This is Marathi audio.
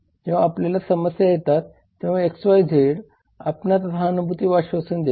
जेव्हा आपल्याला समस्या येतात तेव्हा XYZ आपणास सहानुभूती व आश्वासन देते